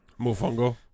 mofongo